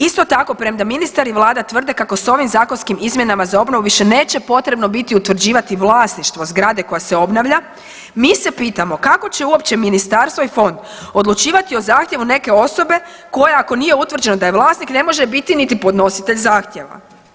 Isto tako, premda ministar i vlada tvrde kako se ovim zakonskim izmjenama za obnovu više neće potrebno biti utvrđivati vlasništvo zgrade koja se obnavlja, mi se pitamo kako će uopće ministarstvo i fond odlučivati o zahtjevu neke osobe koja ako nije utvrđeno da je vlasnik ne može biti niti podnositelj zahtjeva.